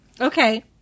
Okay